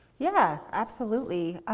yeah, absolutely.